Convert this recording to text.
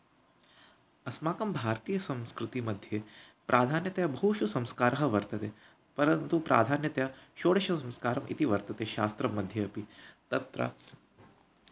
अस्माकं भारतीयसंस्कृतिमध्ये प्राधान्यतया बहुषु संस्कारः वर्तते परन्तु प्राधान्यतया षोडशसंस्कारः इति वर्तते शास्त्रम् मध्ये अपि तत्र